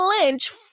Lynch